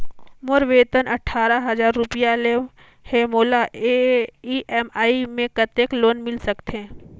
मोर वेतन अट्ठारह हजार रुपिया हे मोला ई.एम.आई मे कतेक लोन मिल सकथे?